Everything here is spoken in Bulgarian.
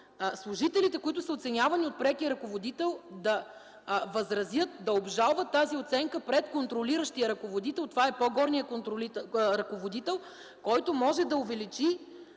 служителите, които са оценявани от прекия ръководител, да възразят, да обжалват тази оценка пред контролиращия ръководител. Това е по-горният ръководител, който може да увеличи